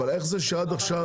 אבל איך זה שעד עכשיו,